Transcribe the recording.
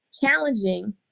challenging